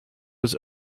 was